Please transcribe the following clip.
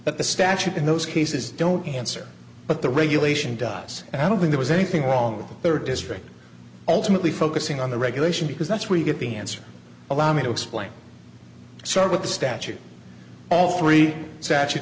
but the statute in those cases don't answer but the regulation does and i don't think there's anything wrong with their district ultimately focusing on the regulation because that's where you get the answer allow me to explain so with the statute all three